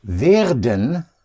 WERDEN